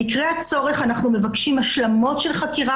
במקרה הצורך אנחנו מבקשים השלמות של חקירה,